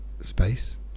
space